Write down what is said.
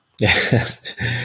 Yes